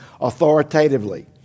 authoritatively